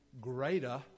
greater